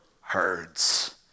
herds